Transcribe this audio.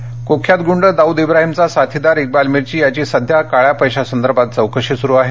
मिरची कोठडी कुख्यात गुंड दाऊद इब्राहिमचा साथीदार इक्बाल मिर्ची याची सध्या काळ्या पैशासंदर्भात चौकशी सुरू आहे